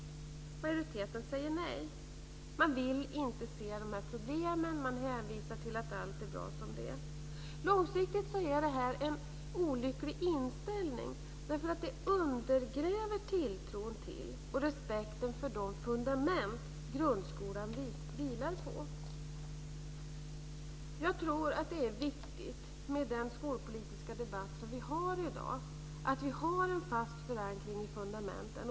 Majoriteten säger nej. Man vill inte se dessa problem. Man hänvisar till att allt är bra som det är. Långsiktigt är detta en olycklig inställning, därför att det undergräver tilltron till och respekten för de fundament som grundskolan vilar på. Jag tror att det är viktigt med den skolpolitiska debatt som vi har i dag, att vi har en fast förankring i fundamenten.